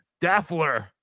Daffler